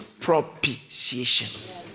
propitiation